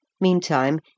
Meantime